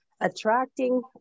attracting